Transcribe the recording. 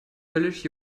höllisch